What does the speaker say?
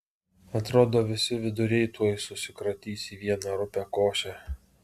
atrodo visi viduriai tuoj susikratys į vieną rupią košę